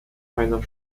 heiner